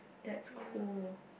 that's cool